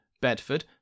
Bedford